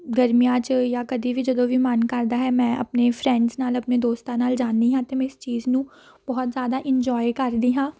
ਗਰਮੀਆਂ 'ਚ ਜਾ ਕਦੇ ਵੀ ਜਦੋਂ ਵੀ ਮਨ ਕਰਦਾ ਹੈ ਮੈਂ ਆਪਣੇ ਫਰੈਂਡਸ ਨਾਲ ਆਪਣੇ ਦੋਸਤਾਂ ਨਾਲ ਜਾਂਦੀ ਹਾਂ ਅਤੇ ਮੈਂ ਇਸ ਚੀਜ਼ ਨੂੰ ਬਹੁਤ ਜ਼ਿਆਦਾ ਇੰਜੋਏ ਕਰਦੀ ਹਾਂ